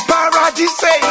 Paradise